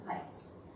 place